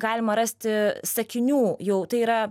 galima rasti sakinių jau tai yra